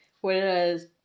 whereas